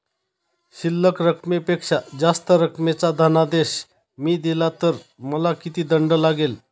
शिल्लक रकमेपेक्षा जास्त रकमेचा धनादेश मी दिला तर मला किती दंड लागेल?